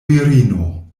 virino